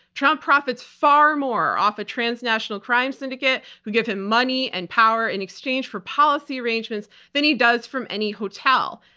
trump profits far more off a transnational crime syndicate who give him money and power in exchange for policy arrangements than he does from any hotel.